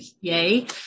Yay